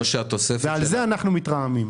על זה אנחנו מתרעמים.